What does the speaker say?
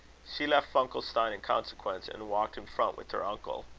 she left funkelstein in consequence, and walked in front with her uncle.